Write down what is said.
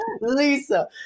Lisa